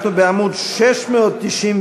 אנחנו בעמוד 669,